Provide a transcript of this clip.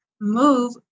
move